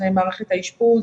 זה מערכת האשפוז,